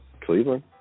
Cleveland